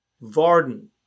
Varden